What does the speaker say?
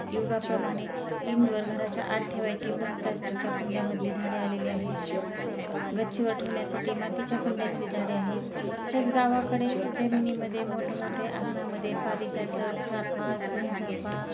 युगाप्रमाणे indoor घराच्या आत ठेवायची पण प्लास्टिकच्या कुंड्यामधली झाडे आलेले आहेत गच्चीवर ठेवण्यासाठी मातीच्या कुंड्यातली झाडे आहेत तसेच गावाकडे जमिनीमध्ये मोठमोठे अंगणामध्ये पारिजातक चाफा सोनचाफा